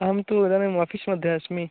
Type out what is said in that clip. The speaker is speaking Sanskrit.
अहं तु इदानीं आफ़िश् मध्ये अस्मि